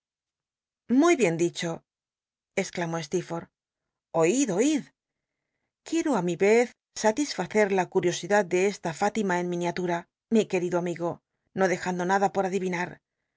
liuy bien dicho exclamó steerforlh oicl oid quicro tí mi yez satisfacer la curiosidad de esta fátima en miniatura mi querido amigo no dejando nada por adivinar